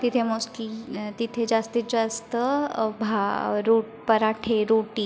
तिथे मोस्ट तिथे जास्तीत जास्त भा रु पराठे रोटी